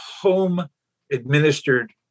home-administered